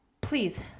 Please